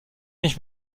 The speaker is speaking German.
nicht